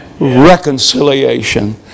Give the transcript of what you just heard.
Reconciliation